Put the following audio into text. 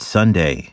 Sunday